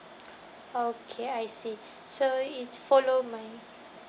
okay I see so is follow my